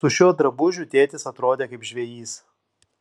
su šiuo drabužiu tėtis atrodė kaip žvejys